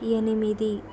ఎనిమిది